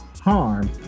harm